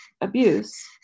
abuse